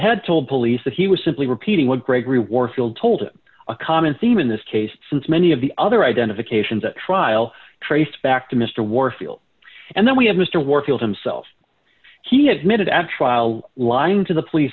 had told police that he was simply repeating what gregory warfield told him a common theme in this case since many of the other identifications at trial traced back to mr warfield and then we have mr warfield himself he admitted at trial lying to the police